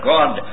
God